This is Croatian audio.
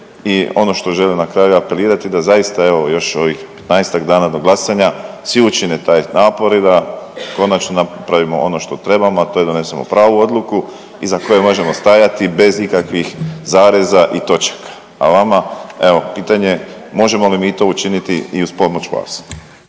i ono što želim na kraju apelirati da zaista evo još ovih 15-tak dana do glasanja svi učine taj napor i da konačno napravimo ono što trebamo, a to je donesemo pravu odluku iza koje možemo stajati bez ikakvih zareza i točaka, a vama evo pitanje, možemo li mi to učiniti i uz pomoć vas?